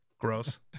gross